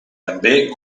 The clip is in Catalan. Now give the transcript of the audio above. també